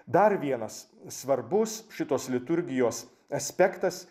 dar vienas svarbus šitos liturgijos aspektas